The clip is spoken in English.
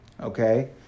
Okay